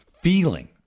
feeling